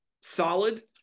solid